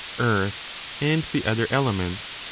earth and the other elements,